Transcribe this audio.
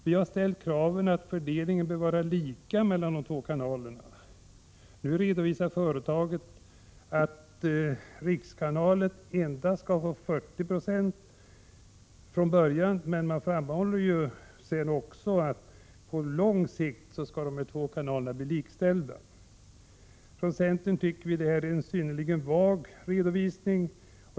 Vi har ställt kravet att fördelningen skall vara lika mellan de två kanalerna. Nu redovisar Prot. 1986/87:113 företaget att rikskanalen endast skall få 40 26 från början. Men man framhåller sedan också att de två kanalerna på lång sikt skall bli likställda. Från centern tycker vi att detta är en synnerligen vag redovisning.